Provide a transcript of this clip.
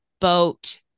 boat